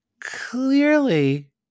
Clearly